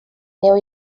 neu